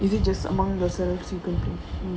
is it just among yourselves you can play